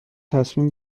تصمیم